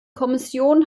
kommission